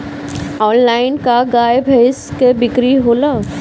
Online का गाय भैंस क बिक्री होला?